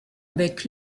avec